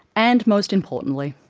and most importantly,